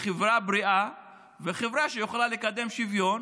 כחברה בריאה וחברה שיכולה לקדם שוויון